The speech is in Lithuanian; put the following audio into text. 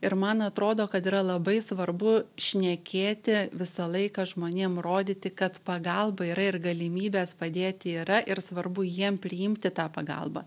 ir man atrodo kad yra labai svarbu šnekėti visą laiką žmonėm rodyti kad pagalba yra ir galimybės padėti yra ir svarbu jiem priimti tą pagalbą